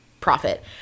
profit